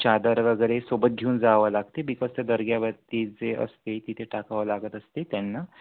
चादर वगैरे सोबत घेऊन जावं लागते बिकॉज त्या दर्ग्यावरती जे असते तिथे टाकावं लागत असते त्यांना